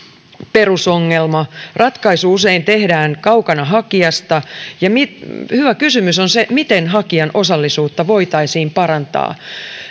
perusongelma ratkaisu usein tehdään kaukana hakijasta ja hyvä kysymys on se miten hakijan osallisuutta voitaisiin parantaa